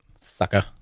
sucker